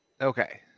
Okay